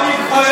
אתה לא מתבייש.